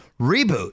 Reboot